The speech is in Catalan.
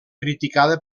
criticada